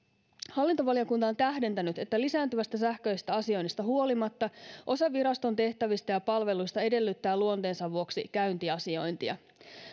hallintovaliokunta on tähdentänyt että lisääntyvästä sähköisestä asioinnista huolimatta osa viraston tehtävistä ja palveluista edellyttää luonteensa vuoksi käyntiasiointia